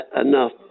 enough